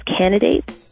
candidates